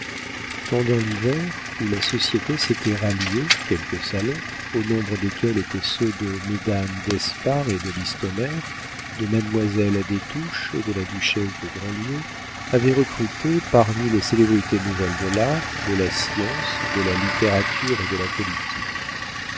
pendant l'hiver où la société s'était ralliée quelques salons au nombre desquels étaient ceux de mesdames d'espard et de listomère de mademoiselle des touches et de la duchesse de grandlieu avaient recruté parmi les célébrités nouvelles de l'art de la science de la littérature et de la politique